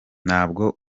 ntabwo